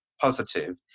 positive